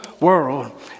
world